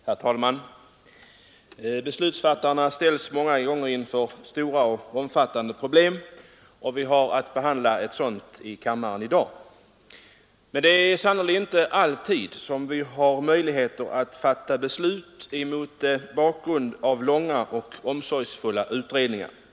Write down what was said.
Herr talman! Beslutsfattarna ställs många gånger inför stora och omfattande problem. Vi har att behandla ett sådant i kammaren i dag. Men det är sannerligen inte alltid vi har möjlighet att fatta beslut mot bakgrund av så långa och omsorgsfulla utredningar som i dag.